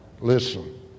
Listen